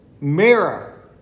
mirror